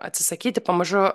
atsisakyti pamažu